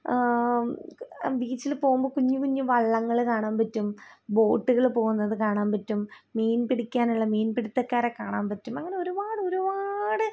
ബീച്ചിൽ പോകുമ്പോൾ കുഞ്ഞു കുഞ്ഞു വള്ളങ്ങൾ കാണാൻ പറ്റും ബോട്ടുകൾ പോകുന്നതു കാണാൻ പറ്റും മീൻ പിടിക്കാനുള്ള മീൻപിടിത്തക്കാരെ കാണാൻ പറ്റും അങ്ങനെ ഒരുപാട് ഒരുപാട്